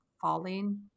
falling